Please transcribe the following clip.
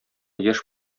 яшь